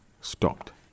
stopped